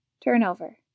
turnover